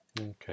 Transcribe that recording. Okay